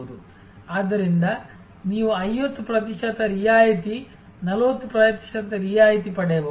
ಆದ್ದರಿಂದ ನೀವು 50 ಪ್ರತಿಶತ ರಿಯಾಯಿತಿ 40 ಪ್ರತಿಶತ ರಿಯಾಯಿತಿ ಪಡೆಯಬಹುದು